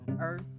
earth